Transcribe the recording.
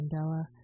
Mandela